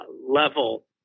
level